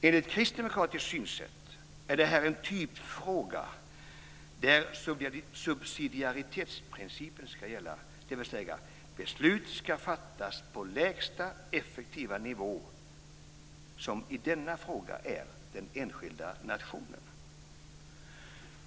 Enligt kristdemokratiskt synsätt är detta en typfråga där subsidiaritetsprincipen ska gälla, dvs. beslut ska fattas på lägsta effektiva nivå, som i denna fråga är den enskilda nationen.